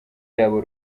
yabo